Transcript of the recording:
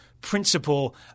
principle